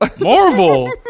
marvel